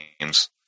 games